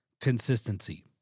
Consistency